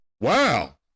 Wow